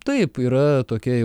taip yra tokia